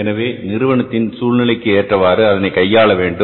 எனவே நிறுவனத்தின் சூழ்நிலைக்கு ஏற்றவாறு அதனை கையாள வேண்டும்